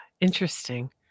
Interesting